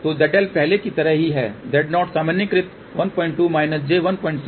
तो ZL पहले की तरह ही है Z0 सामान्यीकृत 12 j16